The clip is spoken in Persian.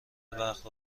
وقت